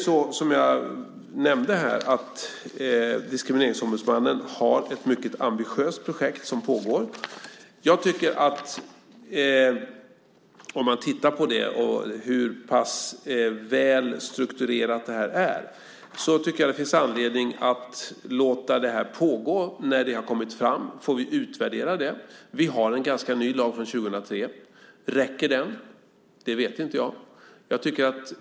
Som jag nämnde har Diskrimineringsombudsmannen ett mycket ambitiöst projekt som pågår. Man kan titta på det och se hur pass väl strukturerat det är. Jag tycker därför att det finns anledning att låta det pågå. När det har kommit fram får vi utvärdera det. Vi har en ganska ny lag från 2003. Räcker den? Det vet inte jag.